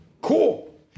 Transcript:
cool